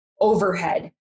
overhead